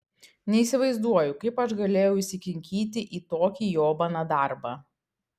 neįsivaizduoju kaip aš galėjau įsikinkyti į tokį jobaną darbą